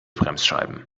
bremsscheiben